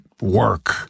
work